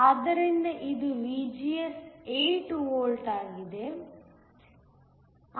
ಆದ್ದರಿಂದ ಇದು VGS 8 volt ಆಗಿದೆ